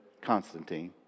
Constantine